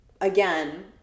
again